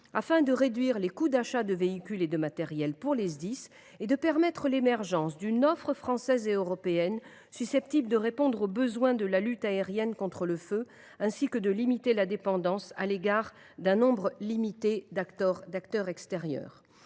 est de réduire les coûts d’achat de véhicules et de matériels pour les Sdis, de permettre l’émergence d’une offre française et européenne susceptible de répondre aux besoins de la lutte aérienne contre le feu, ainsi que de limiter la dépendance à l’égard d’un nombre restreint d’acteurs extérieurs.